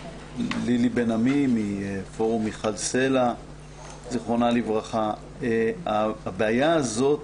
לילי בן-עמי מפורום מיכל סלה ז"ל הבעיה הזאת